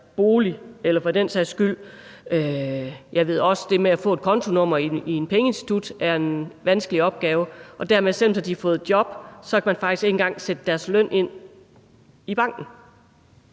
vi taler om en bolig. Jeg ved også, at det med at få et kontonummer i et pengeinstitut er en vanskelig opgave. Selv om de har fået et job, kan de faktisk ikke en gang sætte deres løn ind i banken.